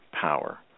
power